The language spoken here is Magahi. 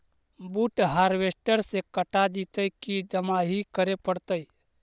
बुट हारबेसटर से कटा जितै कि दमाहि करे पडतै?